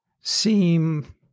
seem